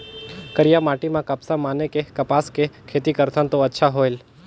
करिया माटी म कपसा माने कि कपास के खेती करथन तो अच्छा होयल?